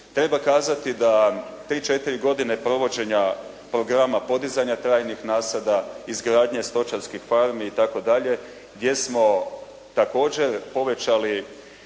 Treba kazati da tri, četiri godine provođenja programa podizanja trajnih nasada, izgradnje stočarskih farmi itd. gdje smo također povećali